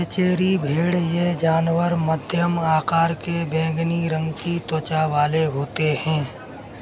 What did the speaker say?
मेचेरी भेड़ ये जानवर मध्यम आकार के बैंगनी रंग की त्वचा वाले होते हैं